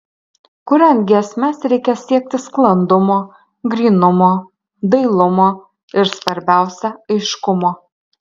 kuriant giesmes reikia siekti sklandumo grynumo dailumo ir svarbiausia aiškumo